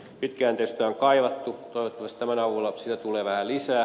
pitkäjänteisyyttä on kaivattu toivottavasti tämän avulla sitä tulee vähän lisää